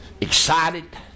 Excited